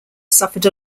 suffered